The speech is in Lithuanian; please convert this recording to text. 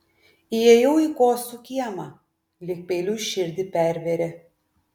įėjau į kuosų kiemą lyg peiliu širdį pervėrė